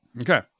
Okay